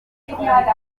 sita